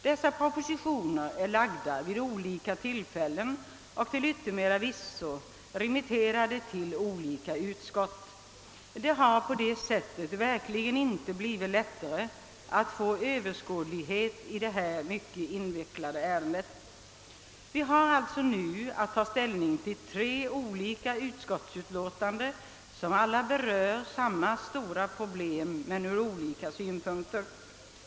Dessa propositioner är framlagda vid olika tillfällen och till yttermera visso remitterade till olika utskott. Det har verkligen inte gjort det lättare att få detta mycket invecklade ärende överskådligt. Vi har alltså nu att ta ställning till tre olika utskottsutlåtanden, som alla berör samma stora problem men ur olika synvinklar.